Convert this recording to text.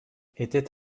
était